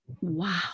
Wow